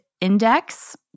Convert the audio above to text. index